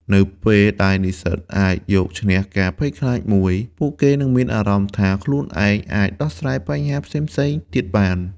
នៅពេលដែលនិស្សិតអាចយកឈ្នះការភ័យខ្លាចមួយ ពួកគេនឹងមានអារម្មណ៍ថាខ្លួនឯងអាចដោះស្រាយបញ្ហាផ្សេងៗទៀតបាន។